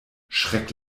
schreck